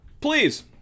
please